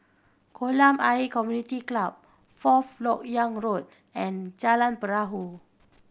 Kolam Ayer Community Club Fourth Lok Yang Road and Jalan Perahu